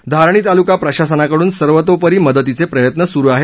धारणी तालुका प्रशासन कडून सर्वोतोपरी मदतीचे प्रयत्न सुरु आहेत